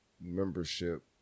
membership